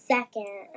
Second